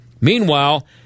Meanwhile